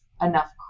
enough